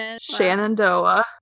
Shenandoah